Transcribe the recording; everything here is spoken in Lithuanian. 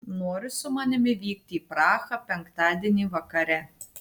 nori su manimi vykti į prahą penktadienį vakare